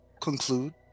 conclude